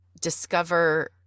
discover